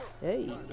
Hey